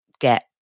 get